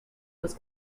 was